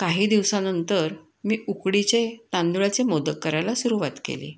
काही दिवसानंतर मी उकडीचे तांदूळाचे मोदक करायला सुरवात केली